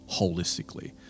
holistically